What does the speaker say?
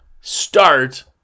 Start